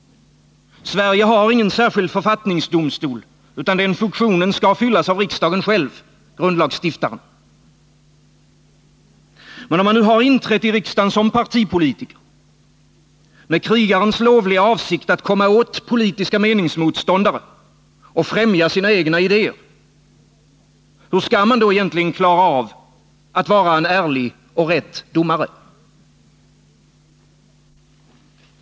Sverige har ingen särskild författningsdomstol, utan den funktionen skall fyllas av riksdagen själv — grundlagsstiftaren. Men om man nu har inträtt i riksdagen som partipolitiker, med krigarens lovliga avsikt att komma åt politiska meningsmotståndare och främja de egna idéerna — hur skall man då egentligen klara av att vara en ärlig och rättvis domare?